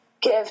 give